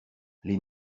les